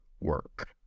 work